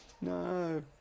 No